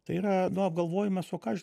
tai yra nu apgalvojimas o ką aš